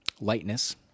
Lightness